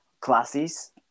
classes